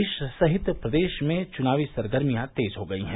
देश सहित प्रदेश में चुनावी सरगर्मियां तेज हो गई हैं